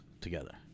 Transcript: together